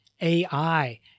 AI